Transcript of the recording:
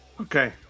Okay